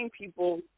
people